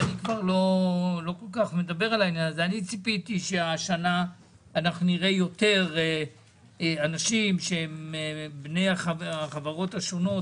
אני ציפיתי שהשנה נראה יותר אנשים מבני החברות השונות.